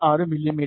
6 மிமீ